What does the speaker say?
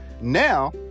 Now